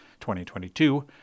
2022